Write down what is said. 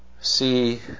See